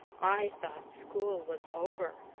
i thought school was over.